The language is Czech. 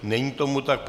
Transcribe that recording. Není tomu tak.